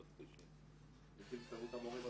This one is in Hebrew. נציג הסתדרות המורים,